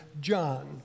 John